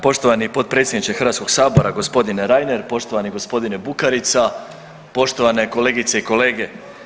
Poštovani potpredsjedniče Hrvatskog sabora, gospodine Reiner, poštovani gospodine Bukarica, poštovane kolegice i kolege.